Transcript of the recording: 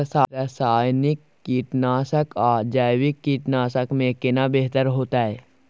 रसायनिक कीटनासक आ जैविक कीटनासक में केना बेहतर होतै?